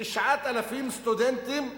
ש-9,000 סטודנטים ערבים,